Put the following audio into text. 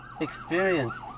experienced